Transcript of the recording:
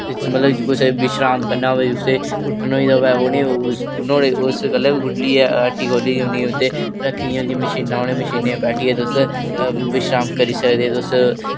मतलब कुसै गी विश्राम करना होवे घुट्टन होई गेदी होवे नुआढ़े उस गल्ला बी हट्टी खोह्ली दी होंदी ऐ ते रक्खी दियां होंदियां मशीनां उ'नें मशीने च बैठियै तुस विश्राम करी सकदे तुस